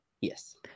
Yes